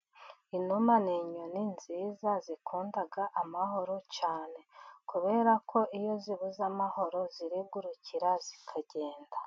Inuma ni inyoni nziza zikunda amahoro cyane kubera ko iyo zibuze amahoro zirigurukira zikagenda.